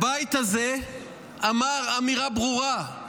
הבית הזה אמר אמירה ברורה: